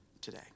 today